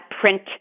print